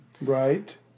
Right